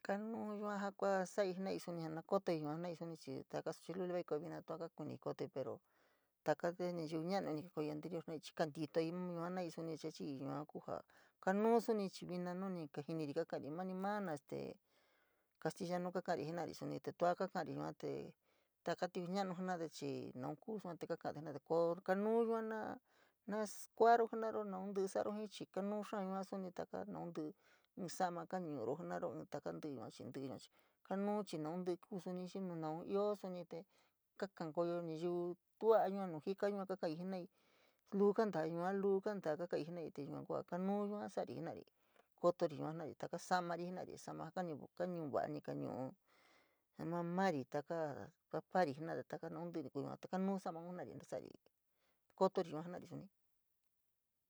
Kanuu yua ia ka saii naii kootoi yua jenai chii taka suachi luli vaikoyo vina tua kakuniíí pero taka nayiu ñanu luli vaikoyo vina tua kakuniíí pero taka nayiu ñamu ja ni kikoyoi anterior chii ní kantitoi yua naiíí suni chii yua ku ja kanuu suni chii vina ni kajinira ka kauri mani ma este castellanu kari jinari suni te tua ko kaari yua te taka tiu na’anu jena’ade chii naukuu yua te kaa ka’ade jenade koo kanu yua na na skua’aro jenari naun ti saro jii chii kanu xáá yua suni taka naun ín tíkí, ín sa’ama kañuro jenaro in taka yua intí’í yua chii kanuu chii naun ntí’í ku suni naun ioo suni te kakankoyo nayiu tua’a yua nu jika ka kaii jenaii, cuu kanta yua a luu kantaa ka kai jenaii te yua kua kanuu yua sa’ari jenari kotori yua jenari, sa’amari jenari, te sa’ama ja ka nuva, ka va ni kanu’u mamari, takaa papari jenade, taka noun tí’í ni kuu yua yaute kanuu samaun jenari na sa’ari, koturi yua suni.